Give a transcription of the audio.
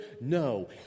No